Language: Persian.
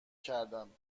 کردم